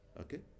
okay